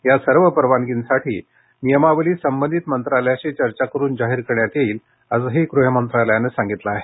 या सर्व परवानगींसाठी नियमावली संबंधित मंत्रालयांशी चर्चा करुन जाहीर करण्यात येईल असंही गृह मंत्रालयानं सांगितलं आहे